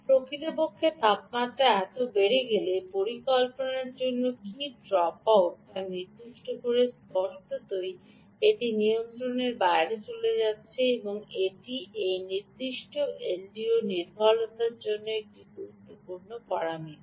প্রকৃতপক্ষে তাপমাত্রা এত বেড়ে গেলে পরিকল্পনার জন্য কী ড্রপ আউট তা নির্দিষ্ট করে স্পষ্টতই এটি নিয়ন্ত্রণের বাইরে চলে যাচ্ছে এবং এটি এই নির্দিষ্ট এলডিওর নির্ভুলতার জন্য একটি গুরুত্বপূর্ণ পরামিতি